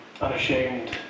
unashamed